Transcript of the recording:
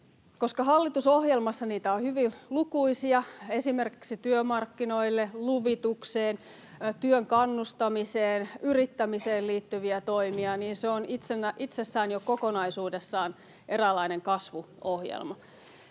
Koska hallitusohjelmassa niitä on hyvin lukuisia — esimerkiksi työmarkkinoille, luvitukseen, työn kannustamiseen, yrittämiseen liittyviä toimia — niin se on itsessään jo kokonaisuudessaan eräänlainen kasvuohjelma.